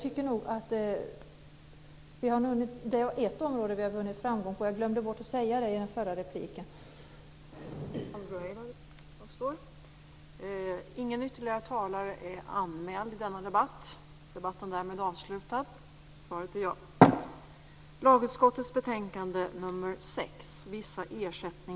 Det här är ett område där vi har vunnit framgång; jag glömde att säga det i förra repliken.